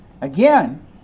Again